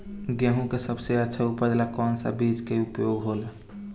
गेहूँ के सबसे अच्छा उपज ला कौन सा बिज के उपयोग होला?